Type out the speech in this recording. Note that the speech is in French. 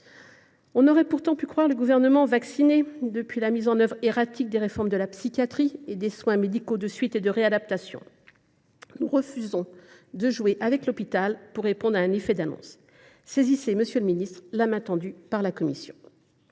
On aurait pourtant pu croire que le Gouvernement était vacciné depuis la mise en œuvre erratique des réformes de la psychiatrie et des soins médicaux de suite et de réadaptation. Nous refusons de jouer avec l’hôpital pour répondre à un effet d’annonce : saisissez la main tendue par la commission,